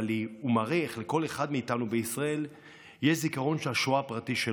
אבל הוא מראה איך לכל אחד מאיתנו בישראל יש זיכרון שואה פרטי,